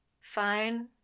Fine